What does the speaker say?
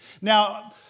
Now